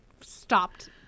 stopped